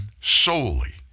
solely